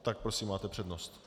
Tak prosím, máte přednost.